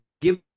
give